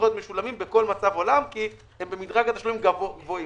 להיות משולמים בכל מצב כי הם נמצאים גבוה במדרג התשלומים.